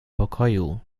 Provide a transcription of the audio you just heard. pokoju